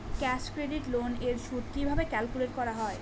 Cash credit loan এর সুদ কিভাবে ক্যালকুলেট করা হয়?